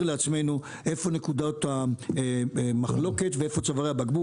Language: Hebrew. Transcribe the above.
לעצמנו איפה נקודות המחלוקת ואיפה צוואר הבקבוק,